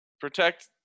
protect